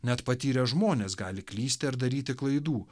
net patyrę žmonės gali klysti ar daryti klaidų